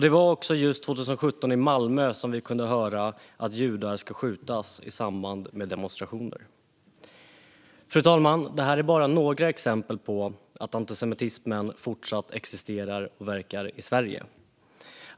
Det var också just 2017 i Malmö som vi i samband med demonstrationer kunde höra att judar ska skjutas. Fru talman! Detta är bara några exempel på att antisemitismen fortsatt existerar och verkar i Sverige.